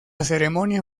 ceremonia